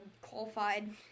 qualified